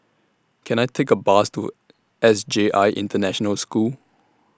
Can I Take A Bus to S J I International School